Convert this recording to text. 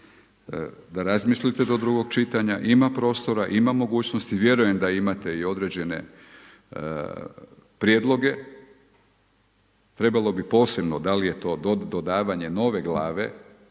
da razmislite do drugog čitanja, ima prostora, ima mogućnosti, vjerujem da imate i određene prijedloge, trebalo bi posebno, da li je to dodavanje nove glave